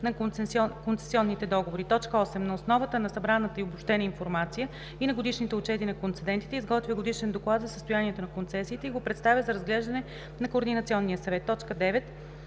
на концесионните договори; 8. на основата на събрана и обобщена информация и на годишните отчети на концедентите изготвя годишен доклад за състоянието на концесиите и го представя за разглеждане на Координационния съвет; 9.